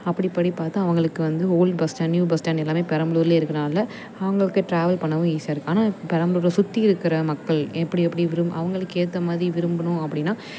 அப்படி படி பார்த்தா அவங்களுக்கு வந்து old bus stand new bus stand எல்லாமே பெரம்பலூர்ல இருக்கனால அவங்களுக்கு ட்ராவல் பண்ணவும் ஈஸியாக இருக்கு ஆனால் பெரம்பலூரில் சுற்றி இருக்கிற மக்கள் எப்படி எப்படி விரும் அவங்களுக்கு ஏற்ற மாதிரி விரும்பணும் அப்படின்னா